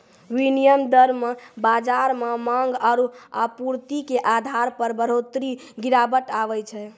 विनिमय दर मे बाजार मे मांग आरू आपूर्ति के आधार पर बढ़ोतरी गिरावट आवै छै